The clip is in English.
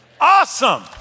Awesome